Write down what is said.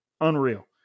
unreal